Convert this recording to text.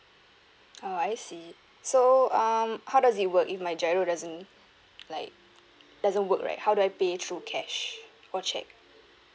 oh I see so um how does it work if my giro doesn't like doesn't work right how do I pay through cash or check